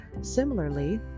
Similarly